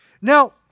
Now